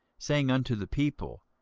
saying unto the people,